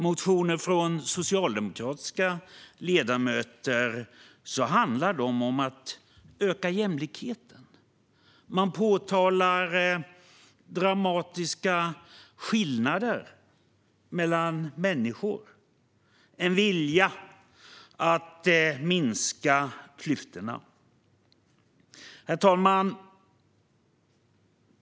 Motioner från socialdemokratiska ledamöter handlar om att öka jämlikheten. Man påtalar dramatiska skillnader mellan människor. Det finns en vilja att minska klyftorna. Herr talman!